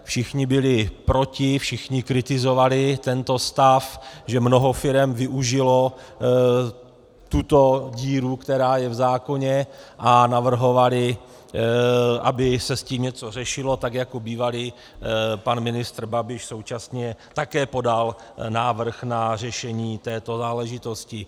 Všichni byli proti, všichni kritizovali tento stav, že mnoho firem využilo tuto díru, která je v zákoně, a navrhovali, aby se s tím něco řešilo tak, jako bývalý pan ministr Babiš současně také podal návrh na řešení této záležitosti.